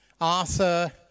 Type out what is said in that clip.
Arthur